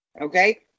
Okay